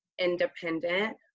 independent